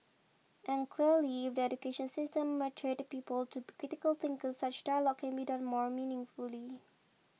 and clearly if the education system nurtured people to be critical thinkers such dialogue can be done more meaningfully